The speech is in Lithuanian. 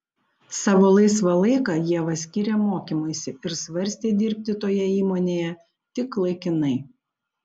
savo laisvą laiką ieva skyrė mokymuisi ir svarstė dirbti toje įmonėje tik laikinai